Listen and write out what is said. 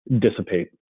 dissipate